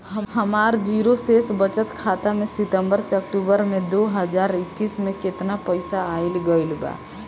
हमार जीरो शेष बचत खाता में सितंबर से अक्तूबर में दो हज़ार इक्कीस में केतना पइसा आइल गइल बा?